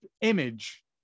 image